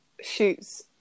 shoots